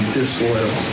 disloyal